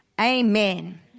Amen